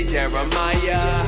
Jeremiah